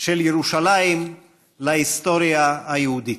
של ירושלים להיסטוריה היהודית.